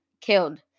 killed